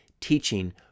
teaching